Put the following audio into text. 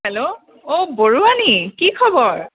hello ও বৰুৱানী কি খবৰ